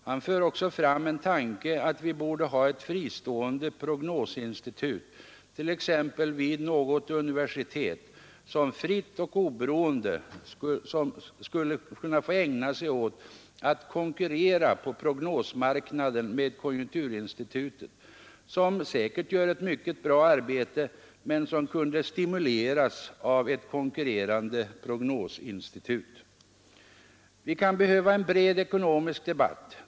Han för också fram tanken att vi borde ha ett fristående prognosinstitut, t.ex. vid något universitet, som fritt och oberoende kunde få ägna sig åt att på prognosmarknaden konkurrera med konjunkturinstitutet, vilket säkert gör ett mycket bra arbete men som kunde stimuleras av ett konkurrerande prognosinstitut. Vi kan behöva en bred ekonomisk debatt.